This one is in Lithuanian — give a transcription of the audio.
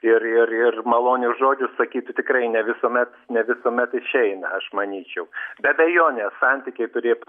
ir ir ir malonius žodžius sakytų tikrai ne visuomet ne visuomet išeina aš manyčiau be abejonės santykiai turėtų